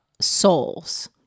souls